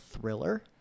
thriller